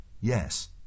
Yes